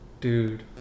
dude